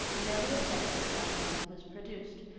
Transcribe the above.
and every effect of solitude was produced.